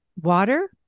water